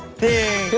the